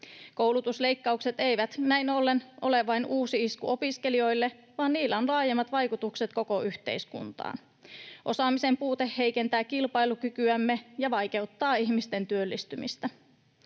Koulutusleikkaukset eivät näin ollen ole vain uusi isku opiskelijoille, vaan niillä on laajemmat vaikutukset koko yhteiskuntaan. Osaamisen puute heikentää kilpailukykyämme ja vaikeuttaa ihmisten työllistymistä.